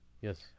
Yes